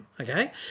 okay